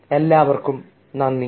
ഏവർക്കും നന്ദി